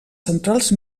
centrals